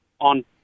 on